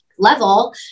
Level